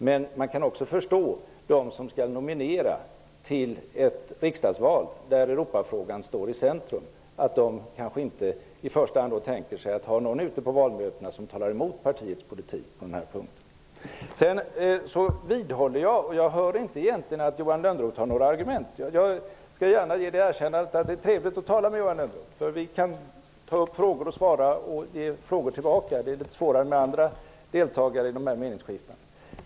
Men man kan också förstå att de som skall nominera till ett riksdagsval där Europafrågan står i centrum kanske inte i första hand tänker sig att ute på valmötena ha någon som talar emot partiets politik på den här punkten. Jag skall göra det erkännandet att det är trevligt att tala med Johan Lönnroth. Vi kan ta upp saker, besvara frågor och ge frågor tillbaka. Det är svårare med andra deltagare i dessa meningsskiften.